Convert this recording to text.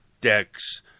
decks